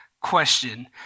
question